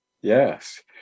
yes